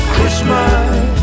Christmas